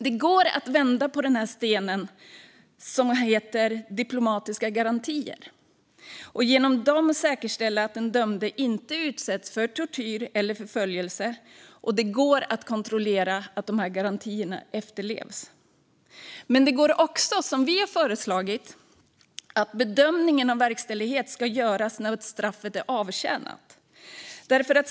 Det går att vända på stenen som heter diplomatiska garantier och genom dem säkerställa att den dömde inte utsätts för tortyr och förföljelse, och det går att kontrollera att de här garantierna efterlevs. Men det går också att, som vi har föreslagit, göra bedömningen av verkställighet när straffet är avtjänat.